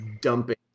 dumping